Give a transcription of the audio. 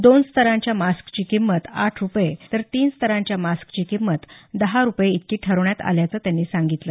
दोन स्तरांच्या मास्कची किंमत आठ रुपये तर तीन स्तरांच्या मास्कची किंमत दहा रुपये इतकी ठरवण्यात आल्याचं त्यांनी सांगितलं